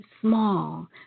small